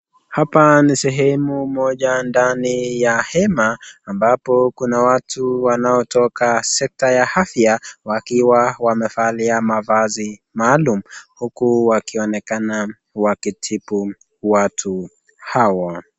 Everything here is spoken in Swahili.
Hapa ni sehemu moja ndani ya hema ambapo kuna watu wanaotoka sekta ya afya wakiwa wamevalia mavazi maalum huku wakionekana wakitibu watu hao.